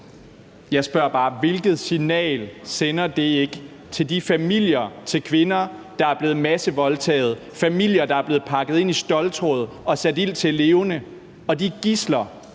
Jeg spørger bare: Hvilket signal sender det ikke til de familier til kvinder, der er blevet massevoldtaget; familier, der er blevet pakket ind i ståltråd og sat ild til levende; og de gidsler,